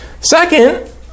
Second